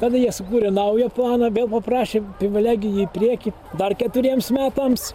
tada jie sukūrė naują planą bet paprašė privilegijų į priekį dar keturiems metams